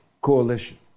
coalition